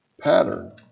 pattern